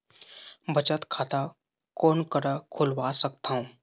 बचत खाता कोन करा खुलवा सकथौं?